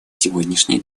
сегодняшний